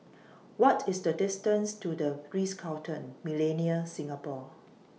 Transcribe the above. What IS The distance to The Ritz Carlton Millenia Singapore